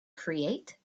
create